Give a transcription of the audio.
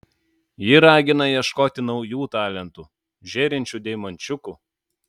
ji ragina ieškoti naujų talentų žėrinčių deimančiukų